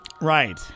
Right